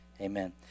Amen